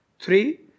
three